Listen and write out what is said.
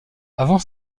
avant